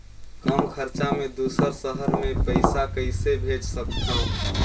कम खरचा मे दुसर शहर मे पईसा कइसे भेज सकथव?